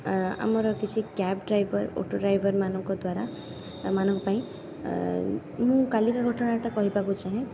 ଆ ଆମର କିଛି cab driver auto ଡ୍ରାଇଭରମାନଙ୍କ ଦ୍ଵାରା ଏମାନଙ୍କ ପାଇଁ ଏ ମୁଁ କାଲିର ଘଟଣାଟା କହିବାକୁ ଚାହେଁ